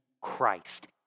Christ